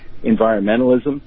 environmentalism